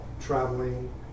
traveling